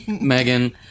Megan